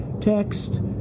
text